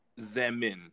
Zemin